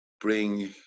bring